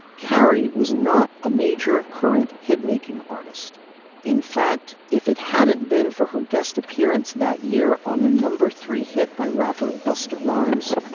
carrie was not a major current hit making artist in fact, if it hadn't been for her guest appearance that year on a number three hit by rapper busta rhymes.